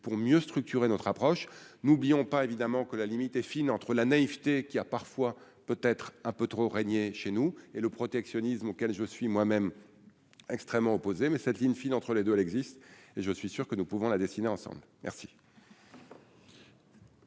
pour mieux structurer notre approche n'oublions pas évidemment que la limite est fine entre la naïveté qui a parfois peut-être un peu trop régner chez nous et le protectionnisme, auquel je suis moi-même, extrêmement opposés mais cette ligne fine entre les deux elle existe et je suis sûr que nous pouvons la dessiner ensemble merci.